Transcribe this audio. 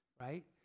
right